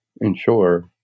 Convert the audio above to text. ensure